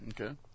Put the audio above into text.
Okay